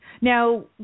Now